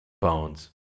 Bones